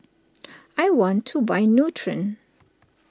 I want to buy Nutren